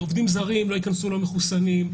עובדים זרים לא ייכנסו לא מחוסנים.